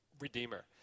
redeemer